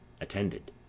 Attended